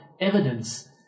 evidence